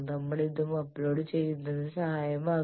നമ്മൾ ഇതും അപ്ലോഡ് ചെയ്യുന്നതിനു സഹായകമാകും